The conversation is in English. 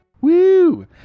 Woo